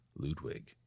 Ludwig